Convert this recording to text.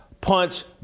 punch